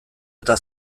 eta